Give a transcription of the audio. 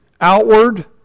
outward